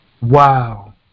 Wow